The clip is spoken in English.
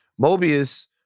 Mobius